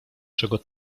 czego